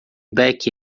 back